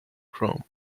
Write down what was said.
chrome